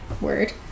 Word